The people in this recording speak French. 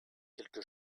quelque